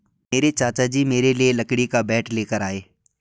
मेरे चाचा जी मेरे लिए लकड़ी का बैट लेकर आए